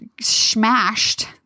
smashed